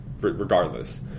regardless